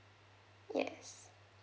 yes